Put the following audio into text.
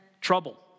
Trouble